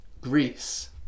Greece